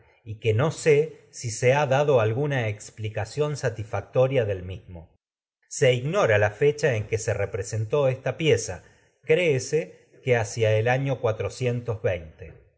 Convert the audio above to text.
conyugal que sé si del se alguna explicación satisfactoria mismo se ignora la fecha en que se representó esta pieza la créese que hacia el año